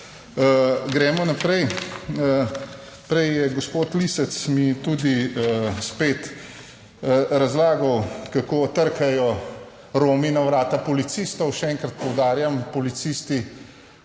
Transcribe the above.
Gremo naprej. Prej je gospod Lisec mi tudi spet razlagal, kako trkajo Romi na vrata policistov. Še enkrat poudarjam, policisti